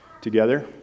together